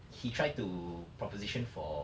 he try to proposition for